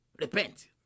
Repent